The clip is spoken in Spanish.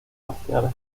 marciales